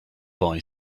boy